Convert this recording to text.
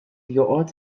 joqgħod